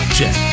Check